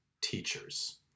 teachers